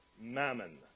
Mammon